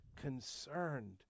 concerned